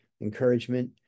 encouragement